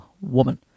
woman